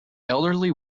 elderly